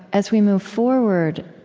as we move forward,